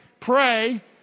pray